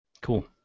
Cool